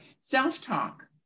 self-talk